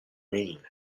rain